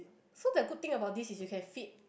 so the good thing about this is you can fit